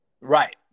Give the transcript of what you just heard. Right